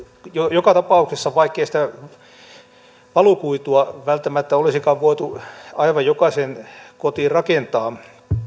joka tapauksessa vaikkei sitä valokuitua välttämättä olisikaan voitu aivan jokaiseen kotiin rakentaa